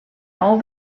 all